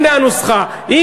הנה הנוסחה, 30 שנה אחורה.